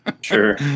Sure